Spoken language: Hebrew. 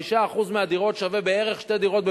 5% מהדירות, שווה בערך שתי דירות בבניין,